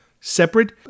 separate